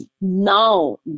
now